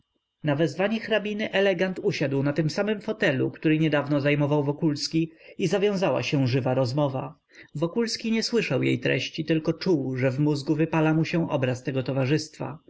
na wezwanie hrabiny elegant usiadł na tym samym fotelu który niedawno zajmował wokulski i zawiązała się żywa rozmowa wokulski nie słyszał jej treści tylko czuł że w mózgu wypala mu się obraz tego towarzystwa